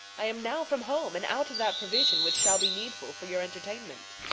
i am now from home, and out of that provision which shall be needful for your entertainment.